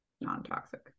non-toxic